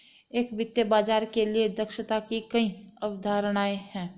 एक वित्तीय बाजार के लिए दक्षता की कई अवधारणाएं हैं